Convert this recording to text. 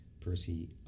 Percy